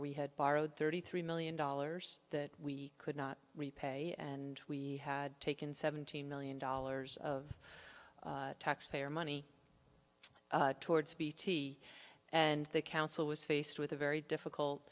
we had borrowed thirty three million dollars that we could not repay and we had taken seventeen million dollars of taxpayer money towards bt and the council was faced with a very difficult